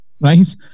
right